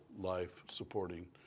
life-supporting